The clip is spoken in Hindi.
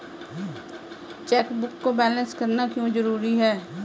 चेकबुक को बैलेंस करना क्यों जरूरी है?